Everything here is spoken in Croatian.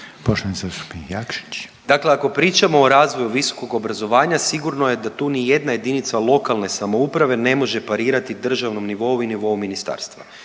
**Jakšić, Mišel (SDP)** Dakle, ako pričamo o razvoju visokog obrazovanja sigurno je da tu ni jedna jedinica lokalne samouprave ne može parirati državnom nivou i nivou ministarstva.